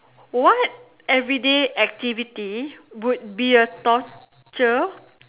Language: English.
what everyday activity would be a torture